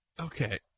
Okay